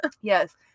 Yes